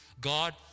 God